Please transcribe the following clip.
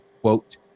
quote